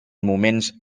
moments